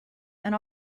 and